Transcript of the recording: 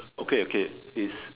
okay okay is